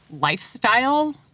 lifestyle